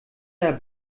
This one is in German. der